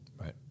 Right